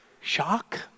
shock